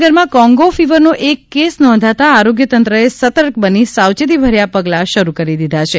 જામનગરમાં કોંગો ફીવરનો એક કેસ નોંધાતા આરોગ્ય તંત્રએ સતર્ક બની સાવચેતીભર્યા પગલાં શરુ કરી દીધા છે